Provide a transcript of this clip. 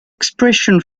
expression